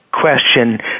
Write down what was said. question